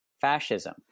Fascism